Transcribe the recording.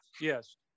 Yes